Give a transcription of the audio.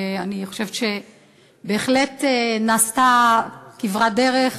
ואני חושבת שבהחלט נעשתה כברת דרך,